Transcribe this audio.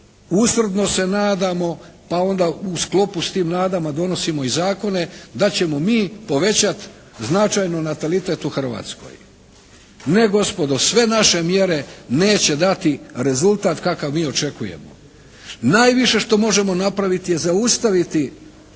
usrdno se nadamo pa onda u sklopu s tim nadama donosimo i zakone da ćemo mi povećati značajno natalitet u Hrvatskoj. Ne gospodo. Sve naše mjere neće dati rezultat kakav mi očekujemo. Najviše što možemo napraviti je zaustaviti